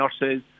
nurses